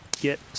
get